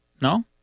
No